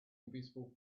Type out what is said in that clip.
invisible